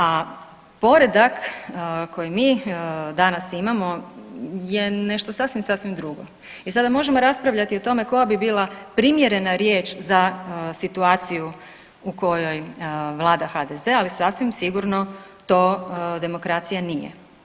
A poredak koji mi danas imamo je nešto sasvim sasvim drugo i sada možemo raspravljati o tome koja bi bila primjerena riječ za situaciju u kojoj vlada HDZ, ali sasvim sigurno to demokracija nije.